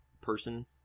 person